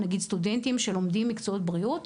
לדוגמה סטודנטים שלומדים מקצועות בריאות,